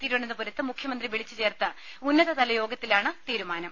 തിരുവനന്തപുരത്ത് മുഖ്യന്ത്രി വിളിച്ചുചേർത്ത ഉന്നതതലയോഗത്തിലാണ് തീരുമാനം